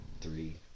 three